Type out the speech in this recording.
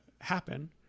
happen